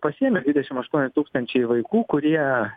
pasiėmė dvidešim aštuoni tūkstančiai vaikų kurie